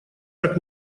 как